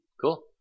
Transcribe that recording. Cool